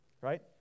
right